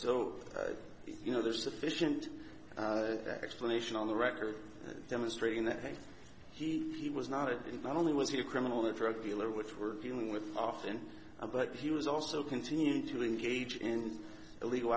so you know there's sufficient explanation on the record demonstrating that he he was not and not only was he a criminal a drug dealer which we're dealing with often but he was also continuing to engage in illegal